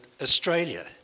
Australia